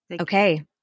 Okay